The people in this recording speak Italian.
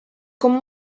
con